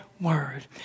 word